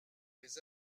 des